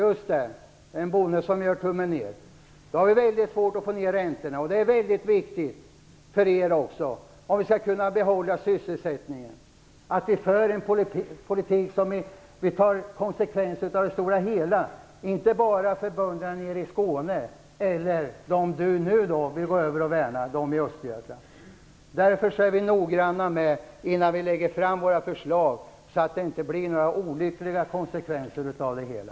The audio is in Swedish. Om vi skall kunna hålla sysselsättningen på en hög nivå är det viktigt, också för er, att vi för en politik där vi tar konsekvenserna för alla - inte bara för bönderna nere i Skåne eller för dem som Dan Ericsson nu vill gå över och värna, dvs. bönderna i Östergötland. Därför är vi noggranna innan vi lägger fram våra förslag, så att det inte blir några olyckliga konsekvenser av det hela.